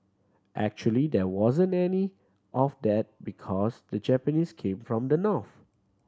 actually there wasn't any of that because the Japanese came from the north